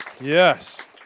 Yes